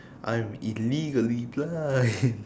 I am illegally blind